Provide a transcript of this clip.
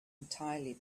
entirely